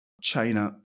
China